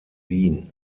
wien